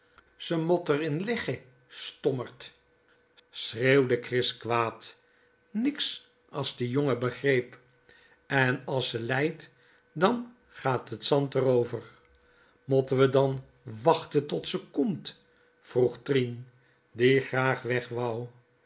ze mot r in lègge stommert schreeuwde chris kwaad niks as die jonge begreep en as ze leit dan gaat t zand r over motte we dan wàchte tot ze komt vroeg trien die graag wèg wou